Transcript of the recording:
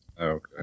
Okay